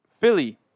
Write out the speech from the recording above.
Philly